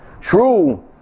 true